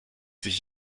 sich